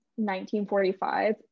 1945